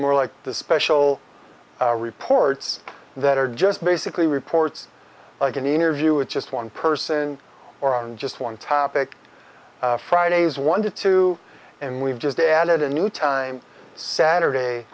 more like the special reports that are just basically reports like an interview with just one person or on just one topic friday's one to two and we've just added a new time saturday